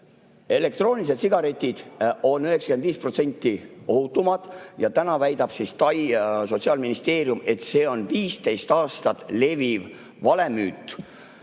elektroonilised sigaretid on 95% ohutumad. Ja täna väidavad TAI ja Sotsiaalministeerium, et see on 15 aastat levinud vale, müüt.